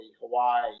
Hawaii